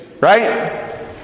right